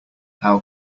how